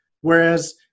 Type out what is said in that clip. Whereas